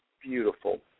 beautiful